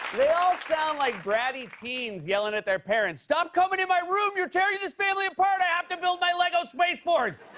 all sound like bratty teens yelling at their parents. stop coming in my room, you're tearing this family apart, i have to build my lego space force!